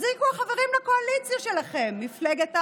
החזיקו החברים לקואליציה שלכם, ממפלגת העבודה.